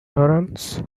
torrance